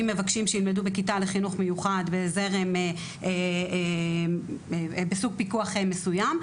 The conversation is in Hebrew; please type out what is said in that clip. מבקשים שילמדו בכיתה לחינוך מיוחד בסוג פיקוח מסוים,